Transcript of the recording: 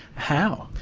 how?